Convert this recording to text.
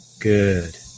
Good